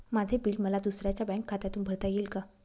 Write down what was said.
माझे बिल मला दुसऱ्यांच्या बँक खात्यातून भरता येईल का?